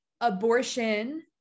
abortion